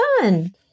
fun